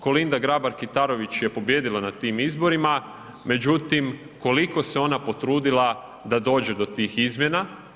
Kolinda Grabar Kitarović je pobijedila na tim izborima, međutim, koliko se ona potrudila da dođe do tih izmjena?